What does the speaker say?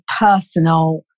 personal